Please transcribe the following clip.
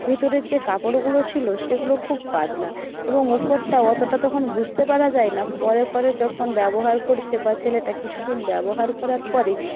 ভেতরের যে কাপড়গুলো ছিল সেগুলো খুব পাতলা এবং ওপরটাও অতটা তখন বুঝতে পারা যায় না পরে পরে যখন ব্যবহার করছে বা ছেলেটা কিছুদিন ব্যবহার করার পরে